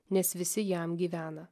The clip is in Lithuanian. nes visi jam gyvena